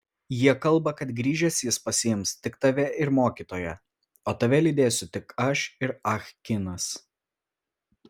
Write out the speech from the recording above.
jie kalba kad grįžęs jis pasiims tik tave ir mokytoją o tave lydėsiu tik aš ir ah kinas